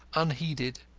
unheeded,